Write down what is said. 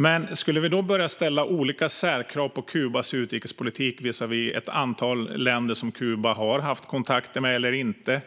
Men skulle vi börja ställa olika särkrav på Kubas utrikespolitik visavi ett antal länder som det har haft kontakter med eller inte,